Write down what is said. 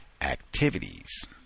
activities